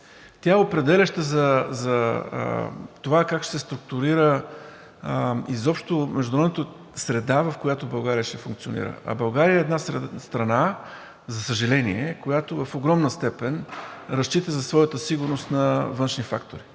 Тя е определяща за това как ще се структурира изобщо международната среда, в която България ще функционира, а България е една страна, за съжаление, която в огромна степен разчита за своята сигурност на външни фактори.